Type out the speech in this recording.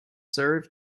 serve